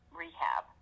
rehab